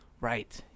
right